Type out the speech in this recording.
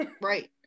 right